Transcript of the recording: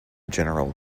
general